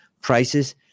prices